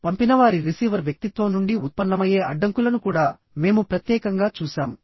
పంపినవారి receiver వ్యక్తిత్వం నుండి ఉత్పన్నమయ్యే అడ్డంకులను కూడా మేము ప్రత్యేకంగా చూశాము